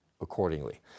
accordingly